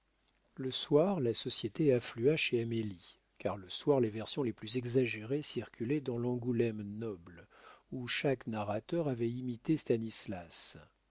le soir la société afflua chez amélie car le soir les versions les plus exagérées circulaient dans l'angoulême noble où chaque narrateur avait imité stanislas